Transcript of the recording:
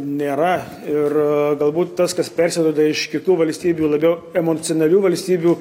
nėra ir galbūt tas kas persiduoda iš kitų valstybių labiau emocionalių valstybių